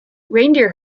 reindeer